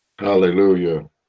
Hallelujah